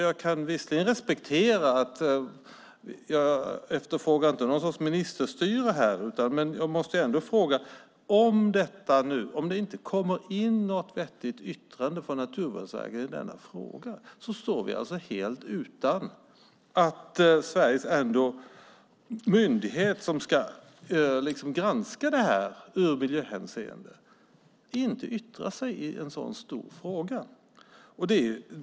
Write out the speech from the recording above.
Jag efterfrågar inte någon sorts ministerstyre här, men jag måste ändå påpeka: Om det inte kommer in något vettigt yttrande från Naturvårdsverket i denna fråga innebär det alltså att Sveriges myndighet som ska granska det här ur miljöhänseende inte yttrar sig i en så stor fråga.